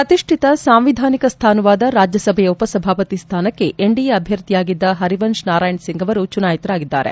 ಪ್ರತಿಷ್ಠಿತ ಸಾಂವಿಧಾನಿಕ ಸ್ಥಾನವಾದ ರಾಜ್ಯಸಭೆಯ ಉಪಸಭಾಪತಿ ಸ್ಥಾನಕ್ಕೆ ಎನ್ಡಿಎ ಅಭ್ಯರ್ಥಿಯಾಗಿದ್ದ ಹರಿವಂಶ್ ನಾರಾಯಣ್ ಸಿಂಗ್ ಅವರು ಚುನಾಯಿತರಾಗಿದ್ದಾರೆ